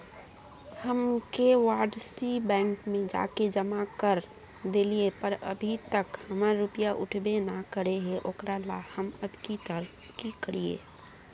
हम KYC bank में जाके जमा कर देलिए पर अभी तक हमर रुपया उठबे न करे है ओकरा ला हम अब की करिए?